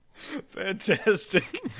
Fantastic